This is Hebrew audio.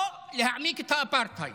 או להעמיק את האפרטהייד.